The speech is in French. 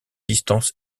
distance